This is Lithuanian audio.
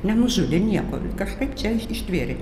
nenužudė nieko kažkaip čia iš ištvėrė